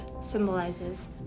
symbolizes